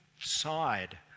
side